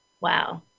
Wow